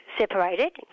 separated